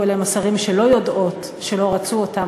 אליהם השרים שלא יודעות שלא רצו אותם,